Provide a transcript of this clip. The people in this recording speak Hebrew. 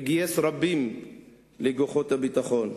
וגייס רבים לכוחות הביטחון.